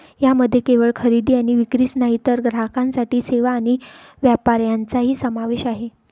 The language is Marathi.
यामध्ये केवळ खरेदी आणि विक्रीच नाही तर ग्राहकांसाठी सेवा आणि व्यापार यांचाही समावेश आहे